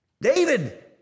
David